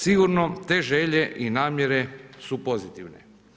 Sigurno te želje i namjere su pozitivne.